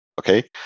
okay